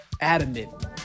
adamant